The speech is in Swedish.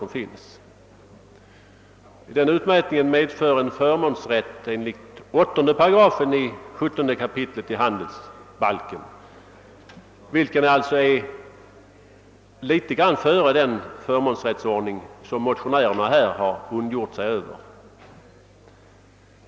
Denna utmätning medför en förmånsrätt enligt 17 kap. 8 § handelsbalken, och den förmånsrätten ligger sålunda före den som motionärerna har ondgjort sig över.